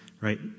right